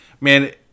man